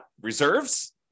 reserves